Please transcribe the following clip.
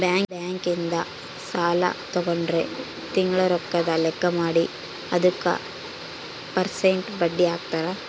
bank ಇಂದ ಸಾಲ ತಗೊಂಡ್ರ ತಿಂಗಳ ರೊಕ್ಕದ್ ಲೆಕ್ಕ ಮಾಡಿ ಅದುಕ ಪೆರ್ಸೆಂಟ್ ಬಡ್ಡಿ ಹಾಕ್ತರ